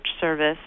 service